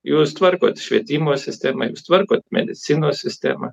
jūs tvarkot švietimo sistemą jūs tvarkot medicinos sistemą